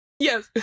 Yes